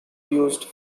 used